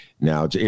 Now